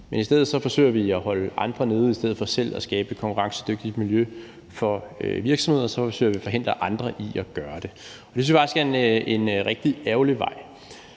I stedet forsøger vi at holde andre nede; i stedet for selv at skabe et konkurrencedygtigt miljø for virksomheder forsøger vi at forhindre andre i at gøre det. Det synes jeg faktisk er en rigtig ærgerlig vej.